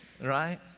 Right